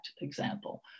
example